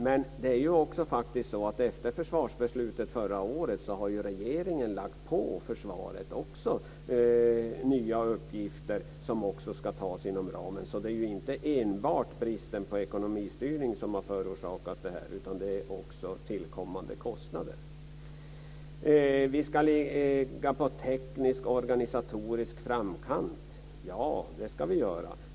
Men efter försvarsbeslutet förra året har regeringen faktiskt också lagt på försvaret nya uppgifter som ska utföras inom ramen. Det är alltså inte enbart bristen på ekonomistyrning som har förorsakat det här utan det är även tillkommande kostnader. Vi ska ligga i teknisk och organisatorisk framkant, säger försvarsministern. Ja, det ska vi göra.